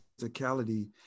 physicality